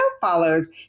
follows